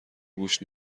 گوش